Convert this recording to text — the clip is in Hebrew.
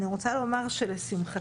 אני רוצה לומר שלשמחתי,